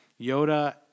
Yoda